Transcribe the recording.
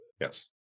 Yes